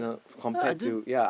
what I don't